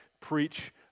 preach